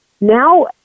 now